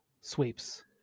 sweeps